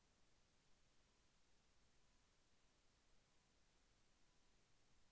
Deposit చేస్తే ప్రతి నెల వడ్డీ తీసుకోవడానికి వీలు అవుతుందా?